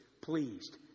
pleased